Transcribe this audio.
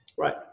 Right